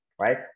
right